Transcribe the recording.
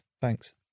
thanks